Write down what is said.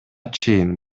чейин